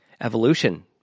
Evolution